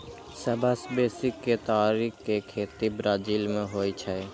सबसं बेसी केतारी के खेती ब्राजील मे होइ छै